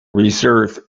reserve